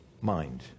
mind